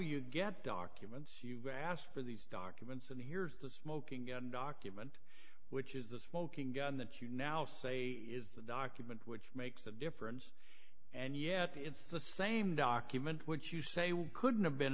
you get documents you asked for these documents and here's the smoking documents which is the smoking gun that you now say is the document which makes a difference and yet it's the same document which you say we couldn't have been